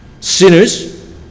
sinners